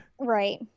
Right